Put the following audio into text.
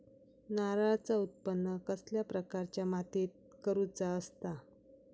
नारळाचा उत्त्पन कसल्या प्रकारच्या मातीत करूचा असता?